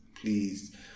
please